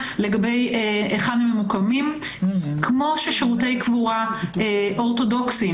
לגבי היכן הם ממוקמים כמו ששירותי קבורה אורתודוקסים,